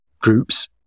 groups